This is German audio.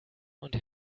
und